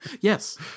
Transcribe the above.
Yes